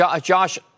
Josh